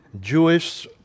Jewish